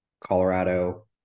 Colorado